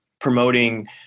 promoting